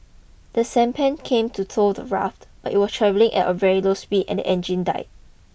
the sampan came to tow the raft but it was travelling at a very slow speed and the engine died